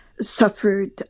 suffered